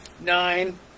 nine